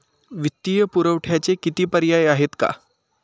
वित्तीय पुरवठ्याचे किती पर्याय आहेत का?